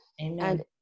Amen